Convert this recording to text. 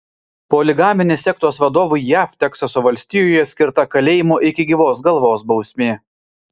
poligaminės sektos vadovui jav teksaso valstijoje skirta kalėjimo iki gyvos galvos bausmė